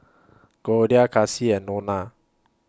Goldia Kassie and Nona